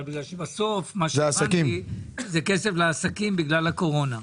בגלל שבסוף זה כסף לעסקים בגלל הקורונה.